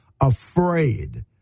afraid